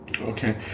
Okay